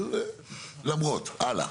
הלאה.